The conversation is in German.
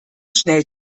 schnell